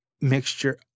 mixture